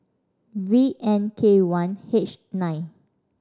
V N K one H nine